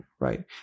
Right